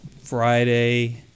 Friday